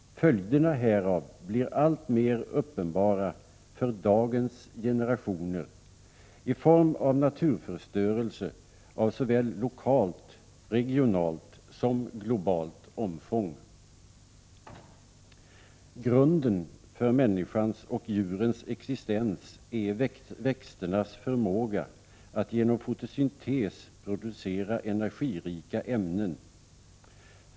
Följderna härav blir alltmer uppenbara för dagens generationer i form av naturförstörelse av såväl lokalt, regionalt som globalt omfång. Grunden för människans och djurens existens är växternas förmåga att genom fotosyntes producera energirika ämnen.